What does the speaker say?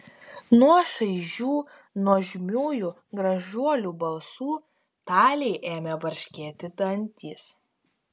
nuo šaižių nuožmiųjų gražuolių balsų talei ėmė barškėti dantys